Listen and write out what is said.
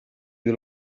you